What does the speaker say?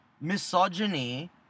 misogyny